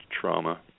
trauma